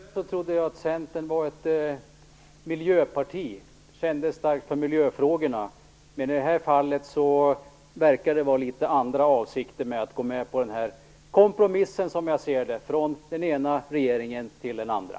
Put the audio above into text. Fru talman! Tyvärr trodde jag att Centern var ett miljöparti som kände starkt för miljöfrågorna. Men i det här fallet verkar man ha litet andra avsikter med att gå med på den här kompromissen, som jag ser det som, från den ena regeringen till den andra.